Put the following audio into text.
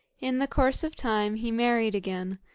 in the course of time he married again,